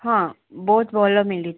ହଁ ବହୁତ ଭଲ ମିିଳୁଛି